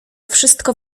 wszystko